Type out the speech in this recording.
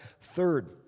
Third